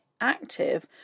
Active